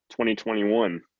2021